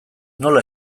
nola